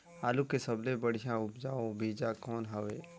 आलू के सबले बढ़िया उपजाऊ बीजा कौन हवय?